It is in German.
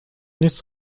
nicht